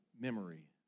Memory